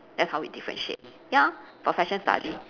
that's how we differentiate ya for fashion study